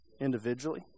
individually